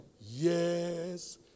yes